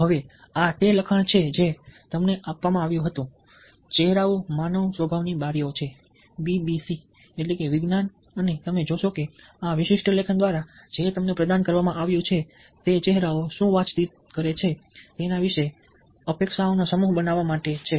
હવે આ તે લખાણ છે જે તમને આપવામાં આવ્યું હતું ચહેરાઓ માનવ સ્વભાવની બારીઓ છે બીબીસી વિજ્ઞાન અને તમે જોશો કે આ વિશિષ્ટ લેખન દ્વારા જે તમને પ્રદાન કરવામાં આવ્યું છે તે ચહેરાઓ શું વાતચીત કરે છે તેના વિશે અપેક્ષાઓનો સમૂહ બનાવવા માટે છે